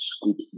Scoop